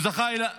הוא זכה בו בזכות.